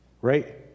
right